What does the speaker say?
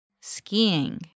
Skiing